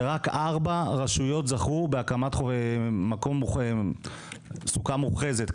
ורק ארבע רשויות זכו בהקמת סוכה מוכרזת,